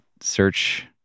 search